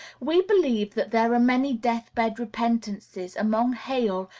we believe that there are many death-bed repentances among hale,